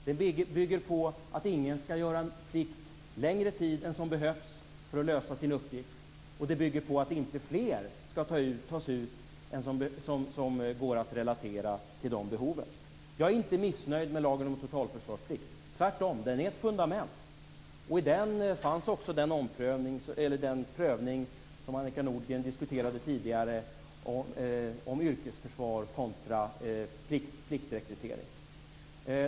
Den bygger på att ingen skall göra plikt längre tid än vad som behövs för att man skall kunna lösa sin uppgift. Den bygger på att inte fler skall tas ut än vad som går att relatera till behoven. Jag är inte missnöjd med lagen om totalförsvarsplikt. Tvärtom är den ett fundament. I den fanns också den prövning som Annika Nordgren diskuterade tidigare om yrkesförsvar kontra pliktrekrytering.